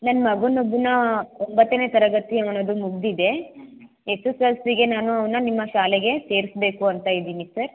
ನನ್ನ ಮಗನೊಬ್ಬನ್ನ ಒಂಬತ್ತನೇ ತರಗತಿ ಅವನದ್ದು ಮುಗಿದಿದೆ ಎಸ್ ಎಸ್ ಎಲ್ ಸಿಗೆ ನಾನು ಅವನ್ನ ನಿಮ್ಮ ಶಾಲೆಗೆ ಸೇರಿಸ್ಬೇಕು ಅಂತ ಇದ್ದೀನಿ ಸರ್